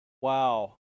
Wow